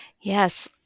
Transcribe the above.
Yes